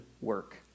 work